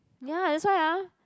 ya that's why ah